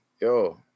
yo